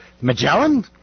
Magellan